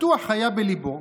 בטוח היה בליבו